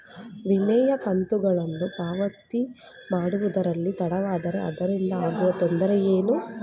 ವಿಮೆಯ ಕಂತುಗಳನ್ನು ಪಾವತಿ ಮಾಡುವುದರಲ್ಲಿ ತಡವಾದರೆ ಅದರಿಂದ ಆಗುವ ತೊಂದರೆ ಏನು?